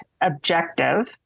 objective